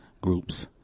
groups